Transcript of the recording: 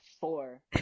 four